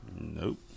Nope